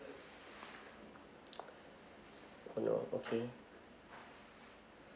oh no okay